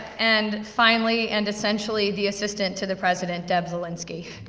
and finally, and essentially, the assistant to the president, deb zielinski.